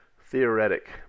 theoretic